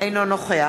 אינו נוכח